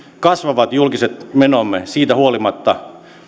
kasvavat julkiset menomme siitä huolimatta